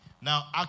Now